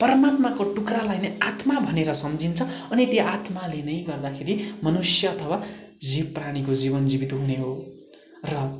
परमात्माको टुक्रालाई नै आत्मा भनेर सम्झिन्छ अनि त्यो आत्माले नै गर्दाखेरि मनुष्य अथवा जीव प्राणीको जीवन जीवित हुने हो र